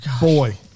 Boy